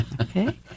okay